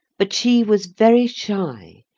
but she was very shy,